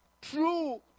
true